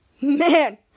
Man